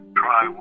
try